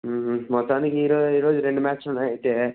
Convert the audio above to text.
మొత్తానికి ఈరోజు ఈరోజు రెండు మ్యాచ్లు ఉన్నాయి అయితే